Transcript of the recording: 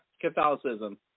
Catholicism